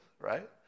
right